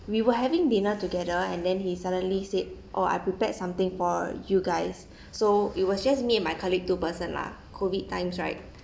we were having dinner together and then he suddenly said oh I prepared something for you guys so it was just me and my colleague two person lah COVID times right